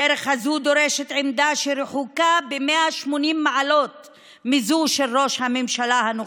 הדרך הזו דורשת עמדה שרחוקה ב-180 מעלות מזו של ראש הממשלה הנוכחי.